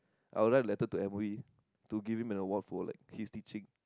I'll write a letter to m_o_e to give him an award for like his teaching